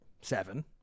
Seven